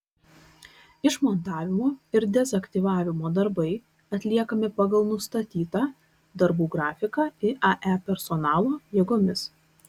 išmontavimo ir dezaktyvavimo darbai atliekami pagal nustatytą darbų grafiką iae personalo jėgomis